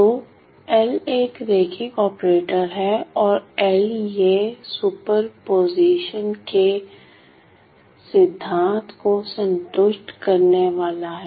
तो L एक रैखिक ऑपरेटर है और L यह सुपरपोज़िशन के सिद्धांत को संतुष्ट करने वाला है